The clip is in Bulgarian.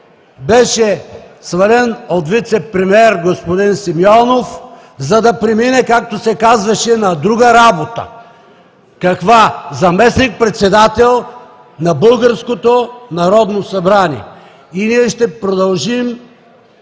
беше свален от вицепремиер господин Симеонов, за да премине, както се казваше, на друга работа. Каква? Заместник-председател на българското Народно събрание. Ние ще продължим